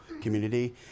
community